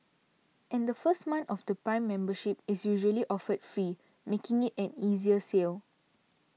and the first month of Prime membership is usually offered free making it an easier sell